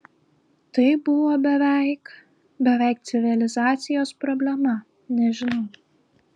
tai buvo beveik beveik civilizacijos problema nežinau